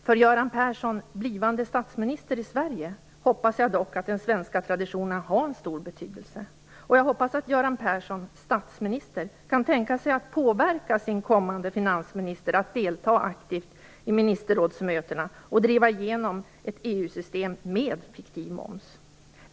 För Göran Persson i egenskap av blivande statsminister i Sverige hoppas jag dock att den svenska traditionen har en stor betydelse, och jag hoppas att Göran Persson som statsminister kan tänka sig att påverka sin kommande finansminister att delta aktivt i ministerrådsmötena och driva igenom ett EU-system med fiktiv moms.